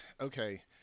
okay